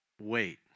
wait